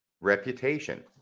reputation